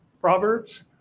Proverbs